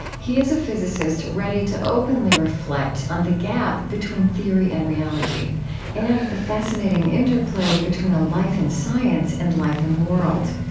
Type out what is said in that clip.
he is a physicist ready to openly reflect on the gap between theory and reality and the fascinating interplay interplay between a life in science and life in the world.